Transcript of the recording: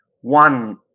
one